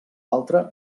altre